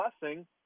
blessing